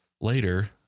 later